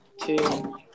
two